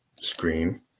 screen